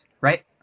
right